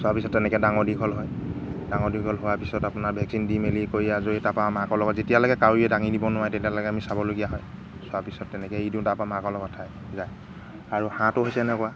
চোৱাৰ পিছত তেনেকৈ ডাঙৰ দীঘল হয় ডাঙৰ দীঘল হোৱাৰ পিছত আপোনাৰ ভেকচিন দি মেলি কৰি আজৰি তাৰপৰা মাকৰ লগত যেতিয়ালৈকে কাউৰীয়ে ডাঙি নিব নোৱাৰে তেতিয়ালৈকে আমি চাবলগীয়া হয় চোৱাৰ পিছত তেনেকৈ এৰি দিওঁ তাৰপৰা মাকৰ লগত থাকে যায় আৰু হাঁহটো হৈছে এনেকুৱা